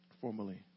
formerly